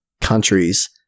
countries